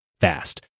fast